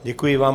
Děkuji vám.